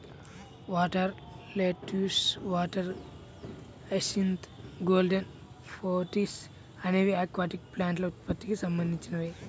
water lettuce, water hyacinth, golden pothos అనేవి aquatic ప్లాంట్ల ఉత్పత్తికి సంబంధించినవి